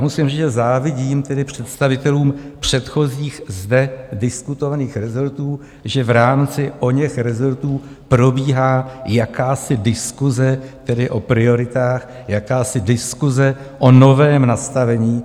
Musím říct, že závidím představitelům předchozích zde diskutovaných rezortů, že v rámci oněch rezortů probíhá jakási diskuse o prioritách, jakási diskuse o novém nastavení.